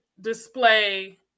display